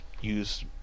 use